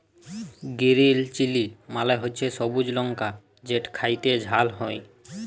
গিরিল chilli মালে হছে সবুজ লংকা যেট খ্যাইতে ঝাল হ্যয়